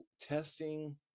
Testing